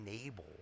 enable